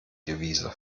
devise